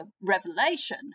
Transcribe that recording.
revelation